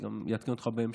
ואני אעדכן אותך בהמשך.